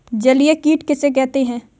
जलीय कीट किसे कहते हैं?